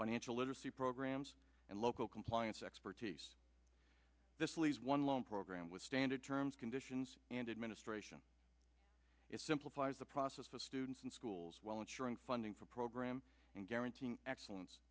financial literacy programs and local compliance expertise this leaves one loan program with standard terms conditions and administration it simplifies the process of students in schools while ensuring funding for program and guaranteeing excellence